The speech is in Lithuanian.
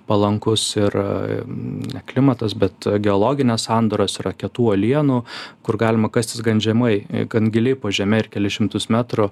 palankus ir ne klimatas bet geologinės sandaros yra kietų uolienų kur galima kastis gan žemai gan giliai po žeme ir kelis šimtus metrų